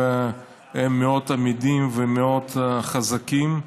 והם מאוד עמידים ומאוד חזקים,